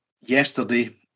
yesterday